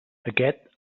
aquest